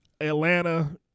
Atlanta